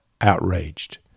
outraged